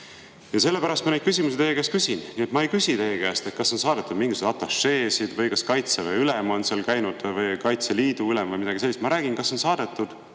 Sellepärast ma neid küsimusi teie käest küsin. Ma ei küsi teie käest, kas on saadetud mingisuguseid atašeesid või kas Kaitseväe ülem on seal käinud või Kaitseliidu ülem või midagi sellist. Ma küsin, kas on saadetud